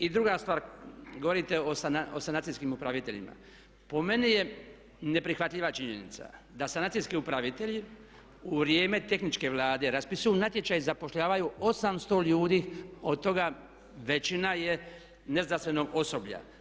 I druga stvar, govorite o sanacijskim upraviteljima, po meni je neprihvatljiva činjenica da sanacijski upravitelji u vrijeme tehničke Vlade raspisuju natječaj i zapošljavaju 800 ljudi, od toga većina je ne zdravstvenog osoblja.